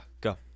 Go